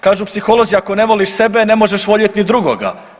Kažu psiholozi ako ne voliš sebe, ne možeš voljeti ni drugoga.